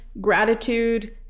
gratitude